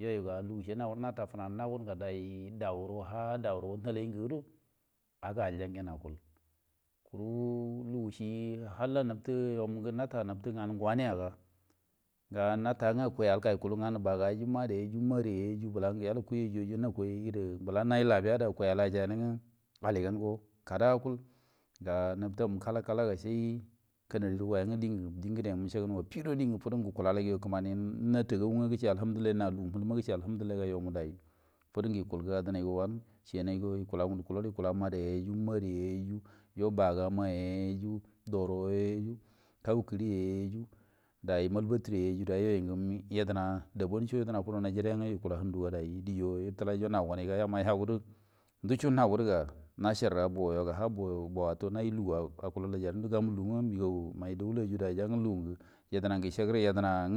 Yo gu ga lugu ice nagudu nata jina gu ga nawunu nga dai dauro ha daura nalai nge do, aga aljan na acul kuruu lugu ci halla nafti ngagu nafti wani yon nga wukul ngani baga yu madai yu mari yu bila nge yala kui yo ye die bila naju le bea al ajan ngo aligan go kada go naflinmə kala kala ga sai kanadi rigo di ngede affigudo nice ge aculja fuduge ukula laiya knrani natagau ga cego alhamdulillahi na lugu hi lumma cege alhamdulillah yo yon dai yukul nga dai fudunge yukul ga au gundu kulgu – ukula madai yu maniyu yo baga ma yu doro ye yu kaulali ye yu dai mal fatiri yo yu yedena dabon co yukula nadu yo tilama yu garai dabun co yedana ukula nigerian ukula handu mai gara nau haguda nduco hagudu ga nacar ra bar a ha boyo atto nige acula daula aculunga nagi lugonga mai daulan ge yo yanga lugunge yedena kenge uedenange gecegeri yedena